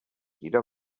jeder